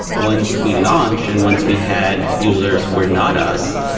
once we launch and once we had users were not us,